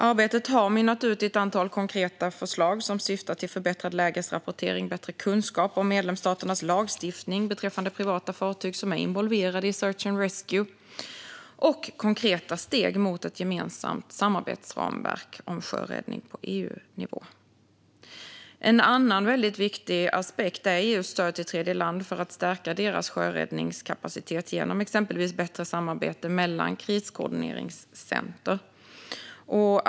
Arbetet har mynnat ut i ett antal konkreta förslag som syftar till förbättrad lägesrapportering, bättre kunskap om medlemsstaternas lagstiftning beträffande privata fartyg som är involverade i search and rescue och konkreta steg mot ett gemensamt samarbetsramverk för sjöräddning på EU-nivå. En annan väldigt viktig aspekt är stöd till tredjeländer för att stärka deras sjöräddningskapacitet genom exempelvis bättre samarbete mellan kriskoordineringscenter.